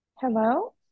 hello